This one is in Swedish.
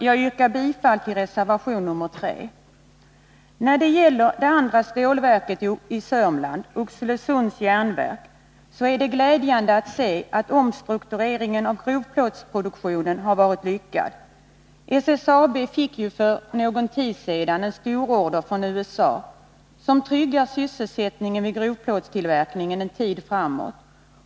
Jag yrkar bifall till reservation nr 3. När det gäller det andra stålverket i Sörmland, Oxelösunds Järnverk, är det glädjande att kunna se att omstruktureringen av grovplåtsproduktionen har varit lyckad. SSAB fick ju för någon tid sedan en stor order från USA, som tryggar sysselsättningen vid grovplåtstillverkningen en tid framåt.